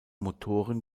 motoren